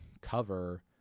cover